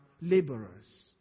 laborers